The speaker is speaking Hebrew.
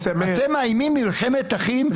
אתם מאיימים במלחמת אחים?